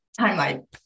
timeline